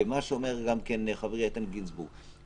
מה שאומר חברי איתן גינזבורג,